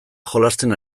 jolasten